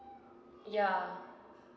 ya